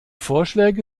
vorschläge